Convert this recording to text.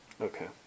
Okay